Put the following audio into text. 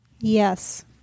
Yes